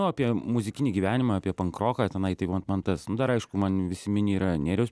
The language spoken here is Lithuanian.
apie muzikinį gyvenimą apie pankroką tenai tai vat man tas nu dar aišku man visi mini yra nėriaus